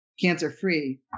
cancer-free